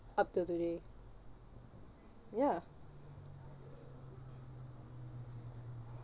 up till today ya